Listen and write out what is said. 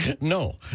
no